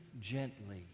gently